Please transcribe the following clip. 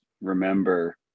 remember